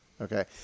Okay